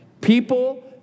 People